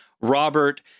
Robert